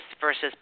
versus